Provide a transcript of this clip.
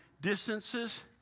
distances